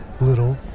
little